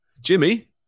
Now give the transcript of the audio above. Jimmy